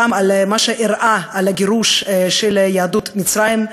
גם על מה שאירע בגירוש של יהדות מצרים,